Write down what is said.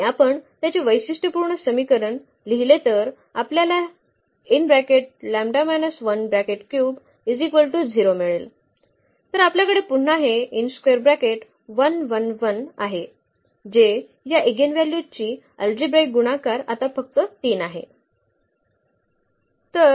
आणि आपण त्याचे वैशिष्ट्यपूर्ण समीकरण लिहिले तर आपल्याला हे मिळेल तर आपल्याकडे पुन्हा हे आहे जे या इगेनव्हल्यूज ची अल्जेब्राईक गुणाकार आता फक्त 3 आहे